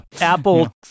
Apple